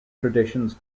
traditions